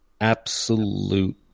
absolute